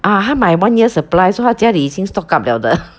ah 她买 one year supply so 她家里已经 stock up liao 的